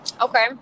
okay